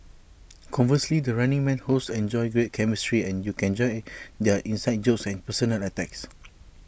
conversely the running man hosts enjoy great chemistry and you can enjoy their inside jokes and personal attacks